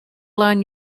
line